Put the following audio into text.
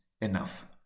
enough